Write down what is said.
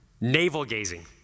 navel-gazing